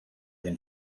then